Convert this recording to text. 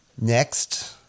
Next